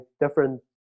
different